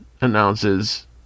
announces